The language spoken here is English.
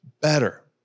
better